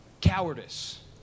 cowardice